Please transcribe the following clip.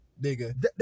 nigga